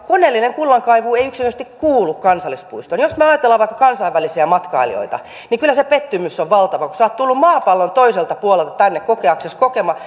koneellinen kullankaivuu ei yksinkertaisesti kuulu kansallispuistoon jos me ajattelemme vaikka kansainvälisiä matkailijoita niin kyllä se pettymys on valtava kun sinä olet tullut maapallon toiselta puolelta tänne kokeaksesi kokeaksesi